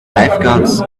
lifeguards